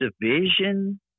division